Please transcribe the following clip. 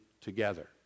together